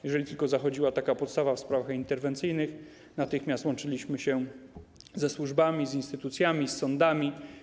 Jeżeli tylko zachodziła taka podstawa w sprawach interwencyjnych, natychmiast łączyliśmy się ze służbami, z instytucjami, z sądami.